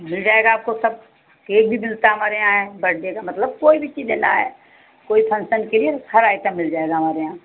मिल जाएगा आपको सब केक भी मिलता है हमारे यहाँ बरडे का मतलब कोई भी चीज़ लेना है कोई फंक्सन के लिए हर आइटम मिल जाएगा हमारे यहाँ